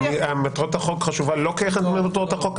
מטרת החוק חשובה לא כאחת ממטרות החוק?